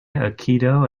aikido